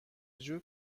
جور